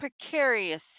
precarious